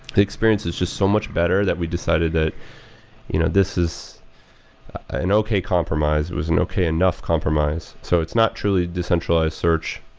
the experience is just so much better that we decided that you know this is an okay compromise was an okay enough compromise. so it's not truly a decentralized search,